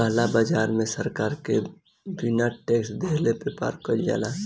काला बाजार में सरकार के बिना टेक्स देहले व्यापार कईल जाला